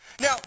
Now